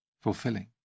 fulfilling